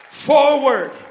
Forward